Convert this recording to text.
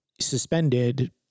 suspended